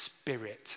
Spirit